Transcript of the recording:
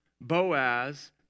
Boaz